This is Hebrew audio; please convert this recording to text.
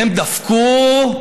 הם דפקו,